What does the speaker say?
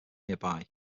nearby